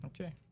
Okay